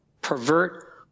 pervert